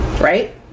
Right